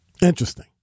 Interesting